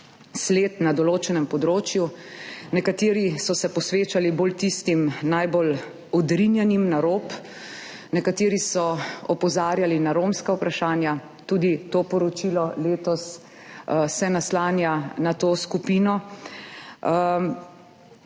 sled na določenem področju. Nekateri so se posvečali bolj tistim najbolj odrinjenim na rob, nekateri so opozarjali na romska vprašanja, tudi to poročilo se letos naslanja na to skupino,